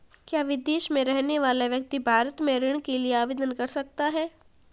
क्या विदेश में रहने वाला व्यक्ति भारत में ऋण के लिए आवेदन कर सकता है?